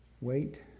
Wait